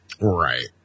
Right